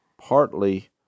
Partly